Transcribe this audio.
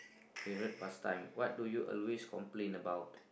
favourite past time what do you always complain about